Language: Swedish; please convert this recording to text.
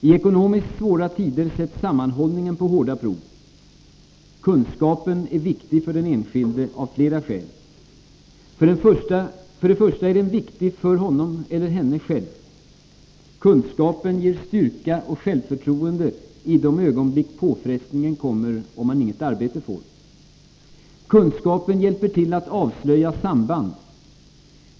I ekonomiskt svåra tider sätts sammanhållningen på hårda prov. Kunskapen är viktig för den enskilde av flera skäl. Först och främst är den viktig för honom eller henne själv. Kunskapen ger styrka och självförtroende i de ögonblick påfrestningen kommer, om man inget arbete får. Kunskapen hjälper till att avslöja samband.